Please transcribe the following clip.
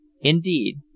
Indeed